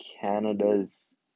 Canada's